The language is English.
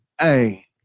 Hey